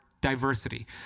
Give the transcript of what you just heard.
diversity